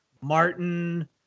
Martin